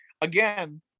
again